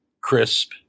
crisp